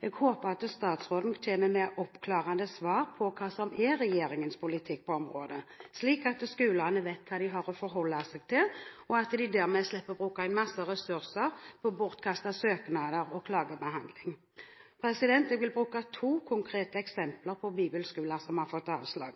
Jeg håper at statsråden kommer med oppklarende svar på hva som er regjeringens politikk på området, slik at skolene vet hva de har å forholde seg til, og dermed slipper å bruke masse ressurser på bortkastede søknader og klagebehandling. Jeg vil bruke to konkrete eksempler på bibelskoler som har fått avslag: